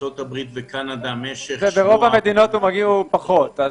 ברוב המדינות זה פחות.